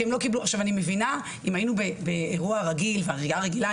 אם היינו באירוע רגיל ובעלייה רגילה,